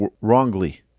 wrongly